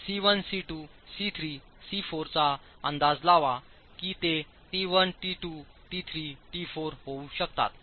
C 1 C 2 C 3सी 4 चाअंदाज लावा किंवा ते टी 1 टी 2 टी 3 टी 4 होऊ शकतात